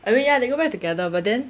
I mean ya they got back together but then